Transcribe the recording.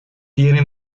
tiene